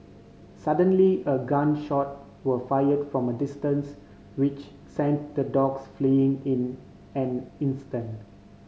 suddenly a gun shot were fired from a distance which sent the dogs fleeing in an instant